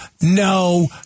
no